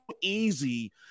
easy